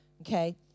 Okay